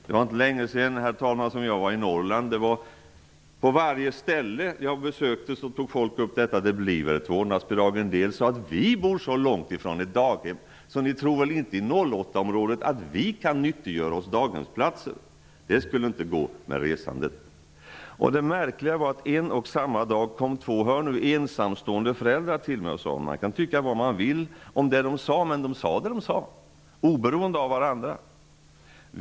Det var inte länge sedan, herr talman, som jag var i Norrland. På varje ställe jag besökte tog folk upp ämnet och frågade: Det blir väl ett vårdnadsbidrag? En del sade: Vi bor så långt ifrån ett daghem. Ni i 08-området tror väl inte att vi kan nyttja daghemsplatser? Det skulle inte gå med tanke på resandet. Det märkliga var att det en och samma dag kom två -- hör nu -- ensamstående föräldrar till mig. Man kan tycka vad man vill om det de sade, men de sade det de sade oberoende av varandra.